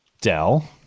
Dell